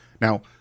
Now